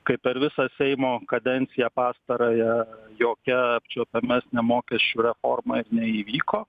kai per visą seimo kadenciją pastarąją jokia apčiuopiamesnė mokesčių reforma neįvyko